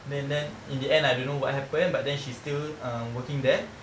then then in the end I don't know what happened but then she's still uh working there